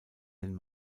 den